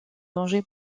danger